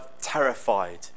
terrified